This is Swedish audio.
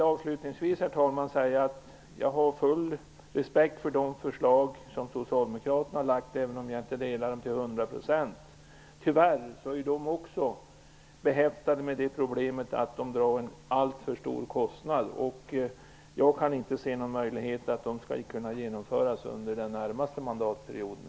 Avslutningsvis, herr talman, vill jag säga att jag har full respekt för socialdemokraternas förslag, även om jag inte omfattar dem till 100 %. Tyvärr är också de behäftade med problemet att dra en alltför stor kostnad, och jag kan inte se någon möjlighet till att de skall kunna genomföras under den närmaste mandatperioden.